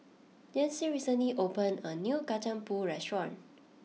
Jessee recently opened a new Kacang Pool restaurant